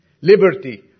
Liberty